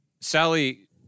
Sally